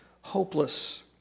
hopeless